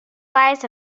lives